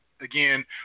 Again